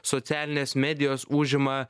socialinės medijos užima